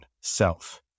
self